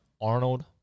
Arnold